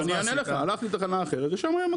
אני אענה לך, הלכתי לתחנה אחרת ושם היה מקום.